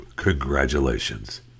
Congratulations